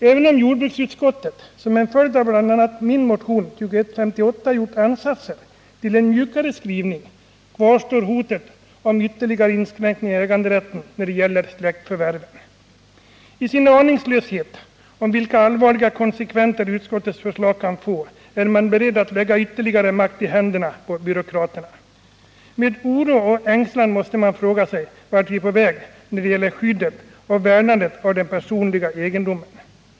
Även om jordbruksutskottet som en följd av bl.a. min motion 2158 gjort ansatser till en mjukare skrivning, kvarstår hotet om ytterligare inskränkningar av äganderätten när det gäller släktförvärven. I sin aningslöshet om vilka allvarliga konsekvenser utskottets förslag kan få är man beredd att lägga ytterligare makt i händerna på byråkraterna. Med oro och ängslan måste man fråga sig vart vi är på väg när det gäller skyddet och värnandet av den personliga egendomen.